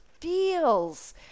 feels